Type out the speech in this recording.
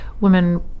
women